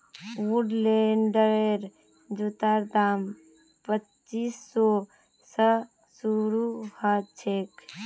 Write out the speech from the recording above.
वुडलैंडेर जूतार दाम पच्चीस सौ स शुरू ह छेक